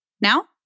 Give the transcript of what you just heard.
Now